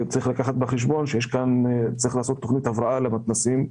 צריך לקחת בחשבון שצריך לעשות תכנית הבראה למתנ"סים.